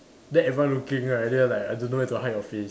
then everyone looking right then you're like I don't know where to hide your face